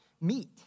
meet